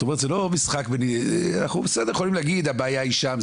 זאת אומרת אנחנו יכולים להגיד שהבעיה היא שם,